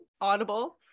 Audible